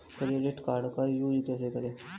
Credit card का use कैसे करें?